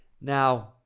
Now